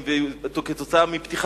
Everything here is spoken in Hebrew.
65: בנייה בלתי חוקית